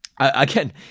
again